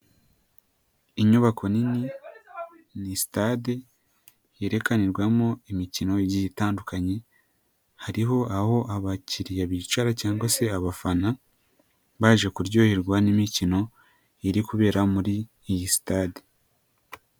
Inyubako nini, ni sitade yerekanirwamo imikino igiye itandukanye, hariho aho abakiriya bicara cyangwa se abafana, baje kuryoherwa n'imikino iri kubera muri iyi sitade.